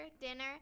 dinner